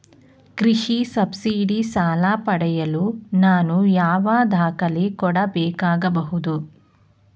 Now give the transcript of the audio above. ಕೃಷಿ ಸಬ್ಸಿಡಿ ಸಾಲ ಪಡೆಯಲು ನಾನು ಯಾವ ದಾಖಲೆ ಕೊಡಬೇಕಾಗಬಹುದು?